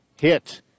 hit